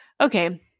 okay